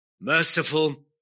merciful